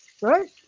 right